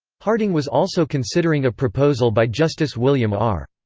harding was also considering a proposal by justice william r.